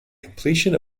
completion